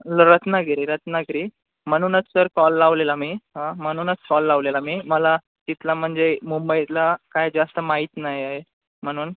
ल रत्नागिरी रत्नागिरी म्हनूनच sir call लावलेला मी हां म्हनूनच कॉल लावलेला मी मला तिथला म्हणजे मुंबईतला काय जास्त माहीत नाही आहे म्हणून